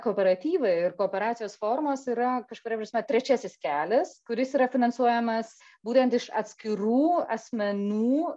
kooperatyvai ir kooperacijos formos yra kažkuria prasme trečiasis kelias kuris yra finansuojamas būtent iš atskirų asmenų